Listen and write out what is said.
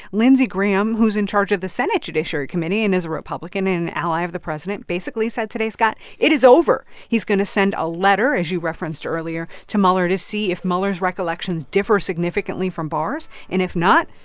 lindsey graham, who's in charge of the senate judiciary committee and is a republican and an ally of the president, basically said today, scott, it is over. he's going to send a letter, as you referenced earlier, to mueller to see if mueller's recollections differ significantly from barr's. and if not,